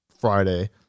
Friday